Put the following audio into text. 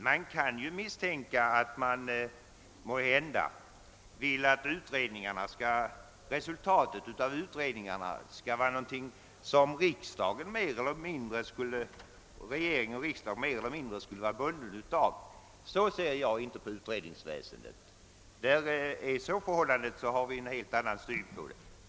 Det kan ju misstänkas att man menar att regeringen och riksdagen bör vara mer eller mindre bundna av utredningsresultaten, men så ser inte jag på utredningsväsendet. är detta herr Björkmans mening har jag en helt annan syn på saken.